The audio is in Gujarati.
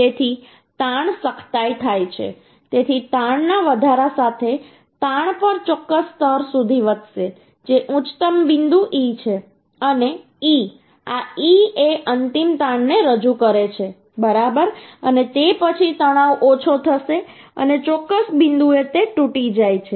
તેથી તાણ સખ્તાઇ થાય છે તેથી તાણના વધારા સાથે તાણ પણ ચોક્કસ સ્તર સુધી વધશે જે ઉચ્ચતમ બિંદુ E છે અને E આ E એ અંતિમ તાણને રજૂ કરે છે બરાબર અને તે પછી તણાવ ઓછો થશે અને ચોક્કસ બિંદુએ તે તૂટી જાય છે